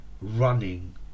running